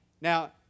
Now